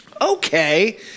Okay